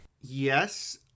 yes